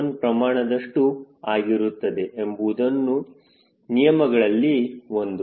1 ಪ್ರಮಾಣದಷ್ಟು ಆಗಿರುತ್ತದೆ ಎಂಬುವುದು ನಿಯಮಗಳಲ್ಲಿ ಒಂದು